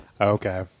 Okay